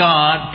God